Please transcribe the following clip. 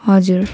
हजुर